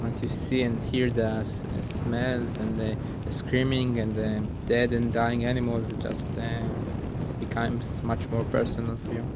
once you see and hear the ah smells and the screaming and the dead and dying animals, it just becomes much more personal for you.